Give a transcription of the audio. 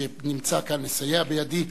שנמצא כאן לסייע בידי,